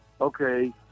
okay